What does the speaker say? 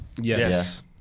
Yes